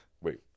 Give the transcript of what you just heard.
wait